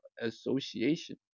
Association